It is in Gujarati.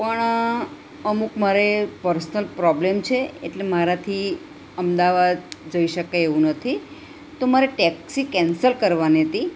પણ અમુક મારે પર્સનલ પ્રોબલેમ છે એટલે મારાથી અમદાવાદ જઈ શકાય એવું નથી તો મારે ટેક્સી કેન્સલ કરવાની હતી